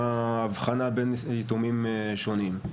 ההבחנה בין יתומים שונים.